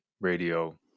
radio